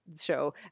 Show